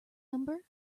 number